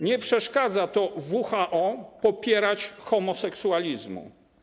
Nie przeszkadza to WHO popierać homoseksualizmu.